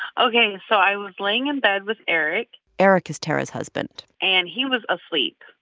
ok. so i was laying in bed with eric eric is tarra's husband and he was asleep.